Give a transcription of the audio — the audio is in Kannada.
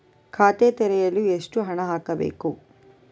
ಖಾತೆ ತೆರೆಯಲು ಎಷ್ಟು ಹಣ ಹಾಕಬೇಕು?